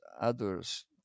others